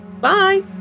Bye